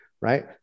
right